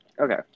okay